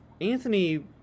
Anthony